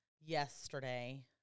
yesterday